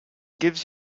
gives